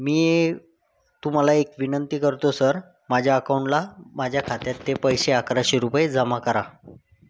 मी तुम्हाला एक विनंती करतो सर माझ्या अकाऊंटला माझ्या खात्यात ते पैसे अकराशे रुपये जमा करा